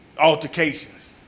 altercations